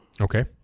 Okay